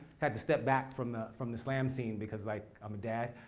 had to step back from the from the slam team because like i'm a dad.